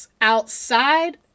outside